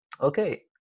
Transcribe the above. Okay